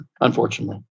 unfortunately